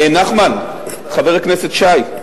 נחמן, חבר הכנסת שי,